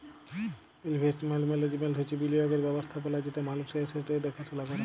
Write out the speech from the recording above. investment management হছে বিলিয়গের ব্যবস্থাপলা যেট মালুসের এসেট্সের দ্যাখাশুলা ক্যরে